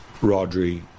Rodri